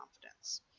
confidence